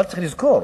אבל צריך לזכור